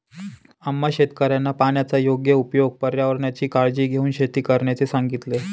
आम्हा शेतकऱ्यांना पाण्याचा योग्य उपयोग, पर्यावरणाची काळजी घेऊन शेती करण्याचे सांगितले